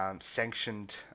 sanctioned